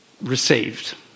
received